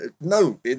No